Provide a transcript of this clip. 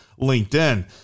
LinkedIn